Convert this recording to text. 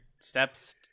steps